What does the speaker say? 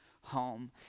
home